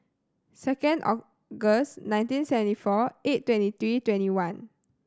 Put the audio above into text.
second August nineteen seventy four eight twenty three twenty one